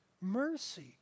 mercy